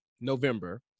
November